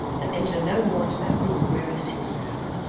and enter no more into that room, where he sits now,